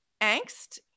angst